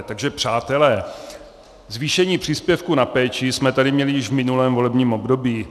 Takže přátelé, zvýšení příspěvku na péči jsme tady měli již v minulém volebním období.